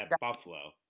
Buffalo